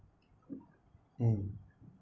mm